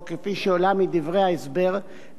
אינה דורשת תיקון חקיקה.